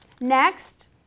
Next